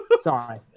Sorry